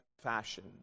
fashion